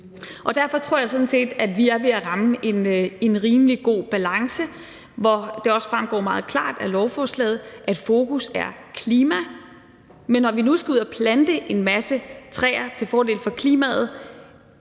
Og derfor tror jeg sådan set, at vi er ved at ramme en rimelig god balance, hvor fokus, som det også fremgår meget klart af lovforslaget, er klima. Men når vi nu skal ud at plante en masse træer til fordel for klimaet,